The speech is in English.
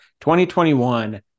2021